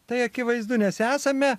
tai akivaizdu nes esame